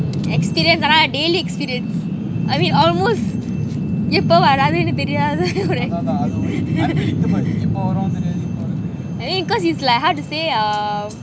experience lah daily experience I mean almost எப்போ வராதுன்னு தெரியாத:eppo varathunu theriyatha I think because it's like how to say uh